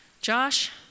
Josh